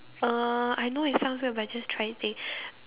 uh I know it sounds weird but I just try it say